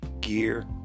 gear